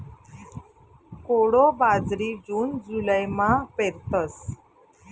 कोडो बाजरी जून जुलैमा पेरतस